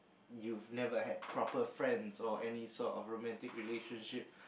you've never had proper friends or any sort of romantic relationship